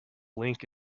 link